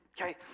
Okay